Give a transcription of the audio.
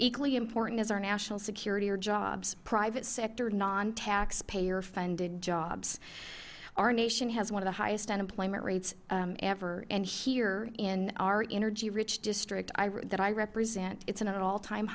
equally important is our national security or jobs private sector nontaxpayer funded jobs our nation has one of the highest unemployment rates ever and here in our energyrich district that i represent it's at an alltime